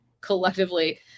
collectively